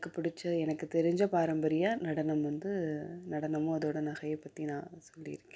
எனக்கு பிடிச்ச எனக்கு தெரிஞ்ச பாரம்பரிய நடனம் வந்து நடனமும் அதோடய நகையை பற்றி நான் சொல்லிருக்கேன்